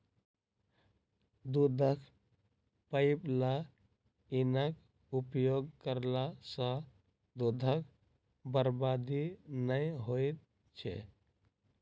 दूधक पाइपलाइनक उपयोग करला सॅ दूधक बर्बादी नै होइत छै